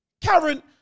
Karen